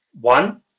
one